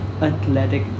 athletic